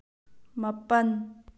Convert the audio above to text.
ꯃꯥꯄꯟ